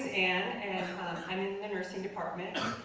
and and i'm in the nursing department.